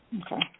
Okay